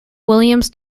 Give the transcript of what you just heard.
williams